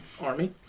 army